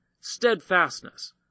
steadfastness